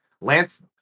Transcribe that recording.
Lance